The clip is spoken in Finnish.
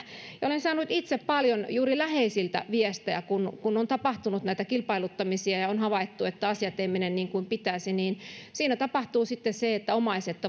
olen saanut itse paljon juuri läheisiltä viestejä kun kun on tapahtunut näitä kilpailuttamisia ja on havaittu että asiat eivät mene niin kuin pitäisi ja siinä tapahtuu sitten se että omaiset